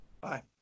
Bye